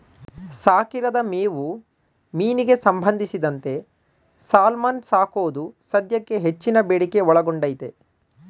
ಸಾಕಿರದ ಮೇವು ಮೀನಿಗೆ ಸಂಬಂಧಿಸಿದಂತೆ ಸಾಲ್ಮನ್ ಸಾಕೋದು ಸದ್ಯಕ್ಕೆ ಹೆಚ್ಚಿನ ಬೇಡಿಕೆ ಒಳಗೊಂಡೈತೆ